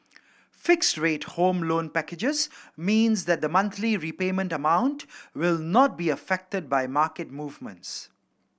fixed rate Home Loan packages means that the monthly repayment amount will not be affected by market movements